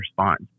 response